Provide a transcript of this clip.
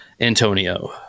Antonio